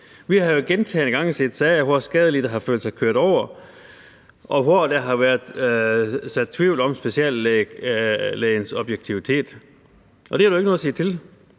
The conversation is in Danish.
Vi har jo gentagne gange set sager, hvor skadelidte har følt sig kørt over, og hvor der har været sået tvivl om speciallægens objektivitet. Det er der jo ikke noget at sige til,